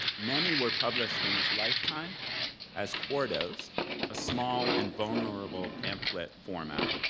many were published in his lifetime as quartos a small and vulnerable pamphlet format.